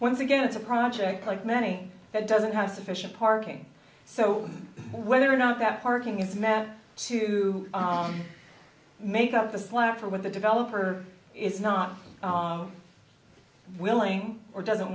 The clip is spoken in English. once again it's a project like many that doesn't have sufficient parking so whether or not that parking is met to make up the slack for when the developer is not willing or doesn't